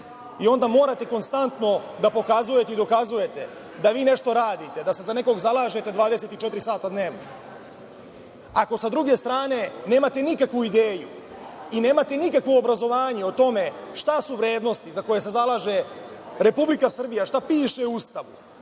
i onda morate konstantno da pokazujete i dokazujete da vi nešto radite, da se za nekog zalažete 24 sata dnevno. Ako sa druge strane nemate nikakvu ideju i nemate nikakvo obrazovanje o tome šta su vrednosti za koje se zalaže Republika Srbija, šta piše u Ustavu.